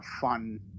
fun